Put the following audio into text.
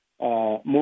more